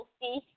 see